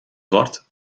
zwart